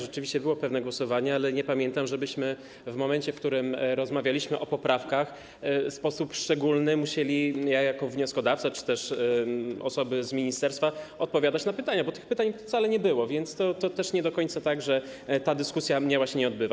Rzeczywiście było pewne głosowanie, ale nie pamiętam, żebyśmy w momencie, w którym rozmawialiśmy o poprawkach, w sposób szczególny musieli - ja jako wnioskodawca czy też osoby z ministerstwa - odpowiadać na pytania, bo tych pytań wcale nie było, więc to nie do końca tak, że ta dyskusja miała się nie odbywać.